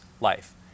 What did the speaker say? life